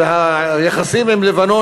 היחסים עם לבנון,